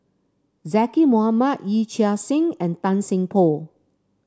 Zaqy Mohamad Yee Chia Hsing and Tan Seng Poh